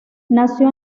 nació